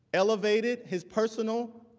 elevated his personal,